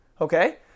Okay